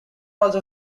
also